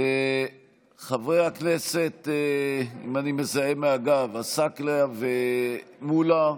אם אני מזהה מהגב, חברי הכנסת עסאקלה ומולא,